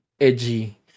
edgy